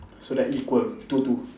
so they're equal two two